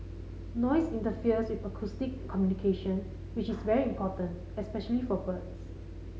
noise interferes with acoustic communication which is very important especially for birds